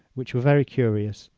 which were very curious,